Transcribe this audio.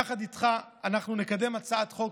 ויחד איתך אנחנו נקדם פה הצעת חוק.